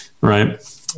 Right